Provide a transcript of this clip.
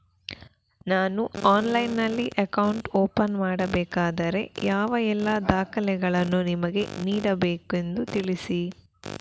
ನಾನು ಆನ್ಲೈನ್ನಲ್ಲಿ account open ಮಾಡಬೇಕಾದರೆ ಯಾವ ಎಲ್ಲ ದಾಖಲೆಗಳನ್ನು ನಿಮಗೆ ನೀಡಬೇಕೆಂದು ತಿಳಿಸಿ?